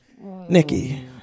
Nikki